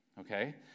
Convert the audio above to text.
okay